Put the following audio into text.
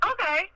okay